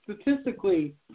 statistically